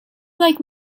like